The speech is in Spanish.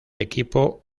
equipo